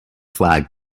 flag